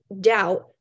doubt